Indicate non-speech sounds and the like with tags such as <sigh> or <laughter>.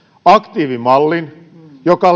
aktiivimallin joka <unintelligible>